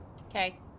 okay